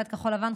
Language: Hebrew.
סיעת כחול לבן,